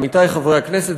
עמיתי חברי הכנסת,